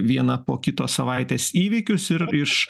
vieną po kito savaitės įvykius ir iš